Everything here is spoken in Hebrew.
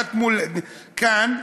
המונחת כאן: